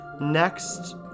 next